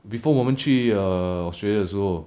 before 我们去 err Australia 的时候